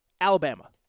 Alabama